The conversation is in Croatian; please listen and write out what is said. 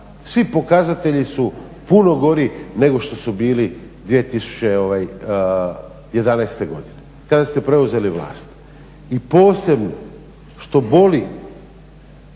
svi pokazatelji su puno gori nego što su bili 2011. godine kada ste preuzeli vlast. I posebno što boli